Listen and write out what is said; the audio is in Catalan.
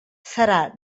serà